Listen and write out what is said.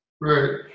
Right